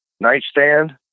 nightstand